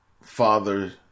father